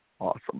Awesome